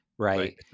Right